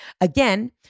Again